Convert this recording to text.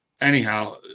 Anyhow